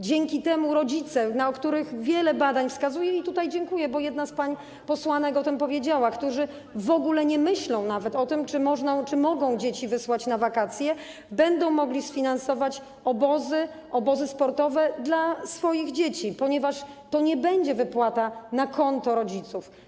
Dzięki temu rodzice, na których wiele badań wskazuje, i tutaj dziękuję, bo jedna z pań posłanek o tym powiedziała, którzy w ogóle nie myślą nawet o tym, czy mogą dzieci wysłać na wakacje, będą mogli sfinansować obozy, obozy sportowe dla swoich dzieci, ponieważ to nie będzie wypłata na konto rodziców.